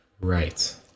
Right